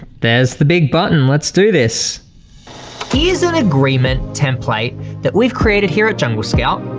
there's the big button, let's do this. he is an agreement template that we've created here at jungle scout.